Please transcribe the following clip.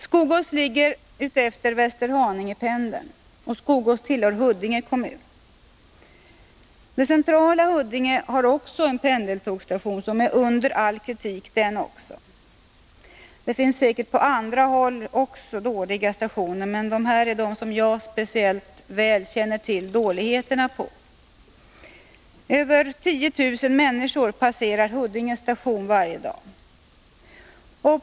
Skogås ligger utefter Västerhaningependeln. Skogås tillhör Huddinge kommun. Det centrala Huddinge har en pendeltågsstation som också den är under all kritik. Det finns säkert dåliga stationer på andra håll också, men dessa stationer är de jag speciellt väl känner till. Över 10 000 människor passerar Huddinge station varje dag.